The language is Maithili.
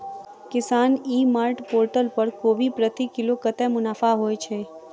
किसान ई मार्ट पोर्टल पर कोबी प्रति किलो कतै मुनाफा होइ छै?